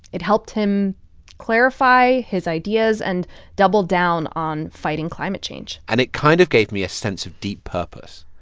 it helped him clarify his ideas and double down on fighting climate change and it kind of gave me a sense of deep purpose.